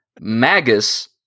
magus